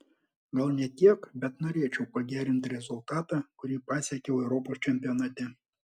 gal ne tiek bet norėčiau pagerinti rezultatą kurį pasiekiau europos čempionate